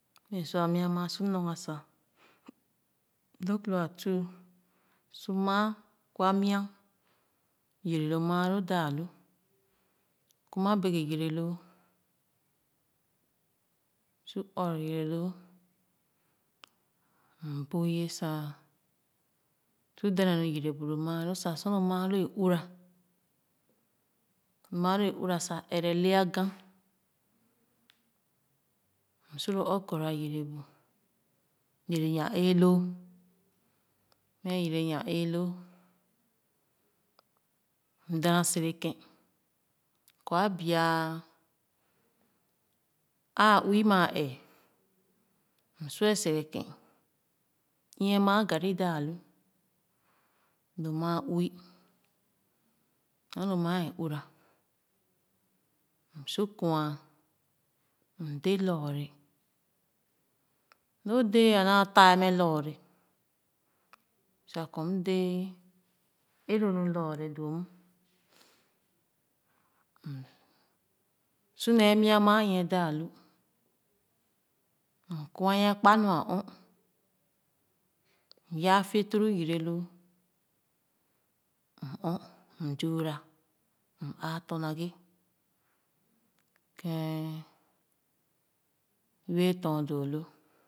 Mɛ sua mii maa su lōg ga sa lōg lo a fuu su maa kwa mia yere lo a tuu su maa kwa mia yere lo maalo daa lu kum a bɛke yere loo su ɔɔrɔ yere loo m bui ye sa su de’dèn nu yere bu lo maa loo sa su lo maa loo ē uwra maa loo ē uwra sa ɛrɛ le aga m su lo okoro yere by yere yam-ɛe loo mɛ yere yan-ee loo m dana sere ke’n ɛghe maa garri daalu lo maa uuh sor lo maa a uhra m su kwa m dé lɔɔre loo dɛɛ a naa taa mɛ lɔɔra sa kɔ m’dē ē lo nu lɔɔre doo mm n su nee mia mia eekèn daalu m kwa’ a kpa nu a ɔɔ m yaa fituro yere loo m ɔɔ m zuura m aatɔ̄ ma ghe keh bee tɔn doo lop.